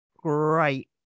great